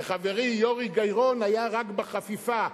וחברי יורי גיא-רון היה רק בחפיפה,